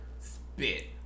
spit